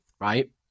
right